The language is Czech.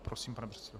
Prosím, pane předsedo.